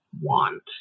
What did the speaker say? want